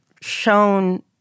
shown